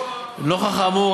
נוכח האמור,